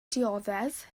dioddef